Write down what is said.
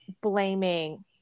blaming